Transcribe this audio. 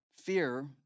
fear